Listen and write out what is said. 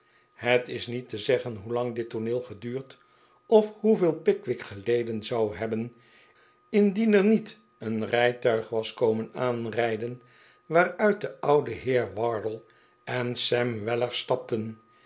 het is niet te zeggen hoelang dit tooneel geduurd of hoeveel pickwick geleden zou hebben indien er niet een rijtuig was komen aanrijden waaruit de oude heer wardle en sam weller stapten